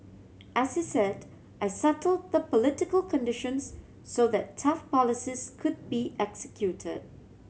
as he said I settle the political conditions so that tough policies could be execute